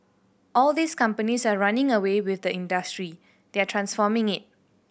all these companies are running away with the industry they are transforming it